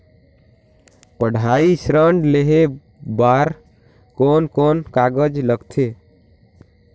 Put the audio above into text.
पढ़ाई ऋण लेहे बार कोन कोन कागज लगथे?